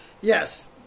yes